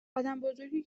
آدمبزرگی